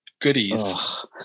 goodies